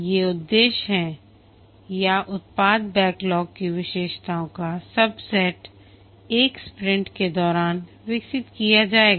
ये उद्देश्य हैं या उत्पाद बैकलॉग की विशेषताओं का सबसेट 1 स्प्रिंट के दौरान विकसित किया जाएगा